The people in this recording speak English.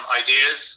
ideas